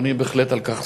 ואני בהחלט שמח על כך.